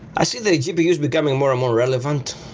i see that gpu is becoming more and more relevant.